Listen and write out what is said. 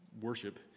worship